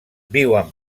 viuen